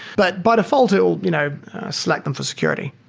but by default, it will you know select them for security.